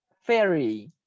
fairy